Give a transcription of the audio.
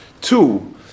Two